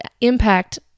impact